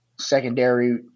secondary